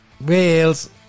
Wales